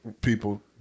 people